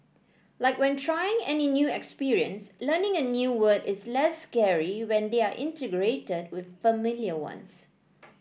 like when trying any new experience learning a new word is less scary when they are integrated with familiar ones